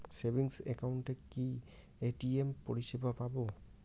Savings একাউন্টে কি ATM পরিসেবা পাব?